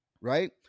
Right